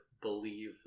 believe